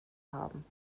haben